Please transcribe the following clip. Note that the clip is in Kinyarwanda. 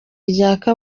ryaka